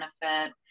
benefit